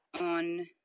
on